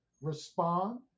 respond